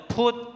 put